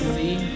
see